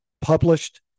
published